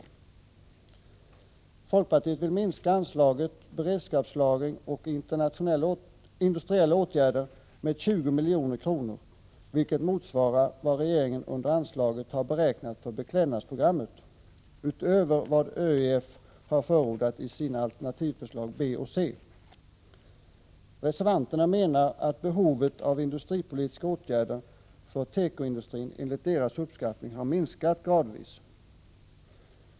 Folkpartiet vill minska anslaget Beredskapslagring och industriella åtgärder med 20 milj.kr., vilket motsvarar vad regeringen under anslaget har beräknat för beklädnadsprogrammet, utöver vad ÖEF har förordat i sina alternativförslag B och C. Reservanterna menar att behovet av industripolitiska åtgärder för tekoindustrin enligt deras uppskattning har minskat gradvis.